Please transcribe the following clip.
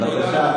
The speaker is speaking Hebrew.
בבקשה,